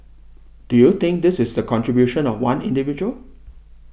do you think this is the contribution of one individual